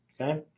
okay